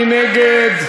מי נגד?